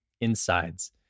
insides